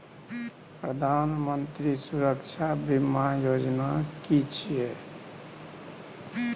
प्रधानमंत्री सुरक्षा बीमा योजना कि छिए?